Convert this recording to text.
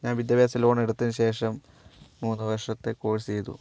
ഞാൻ വിദ്യാഭ്യാസ ലോൺ എടുത്തതിനു ശേഷം മൂന്ന് വർഷത്തെ കോഴ്സ് ചെയ്തു